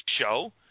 show